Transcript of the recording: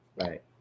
right